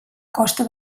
costa